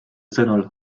sõnul